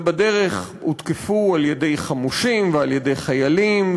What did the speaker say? ובדרך הותקפו על-ידי חמושים ועל-ידי חיילים,